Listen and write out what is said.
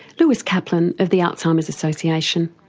lewis kaplan of the alzheimer's association.